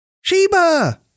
Sheba